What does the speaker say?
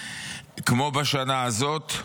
כמו בשנה הזאת.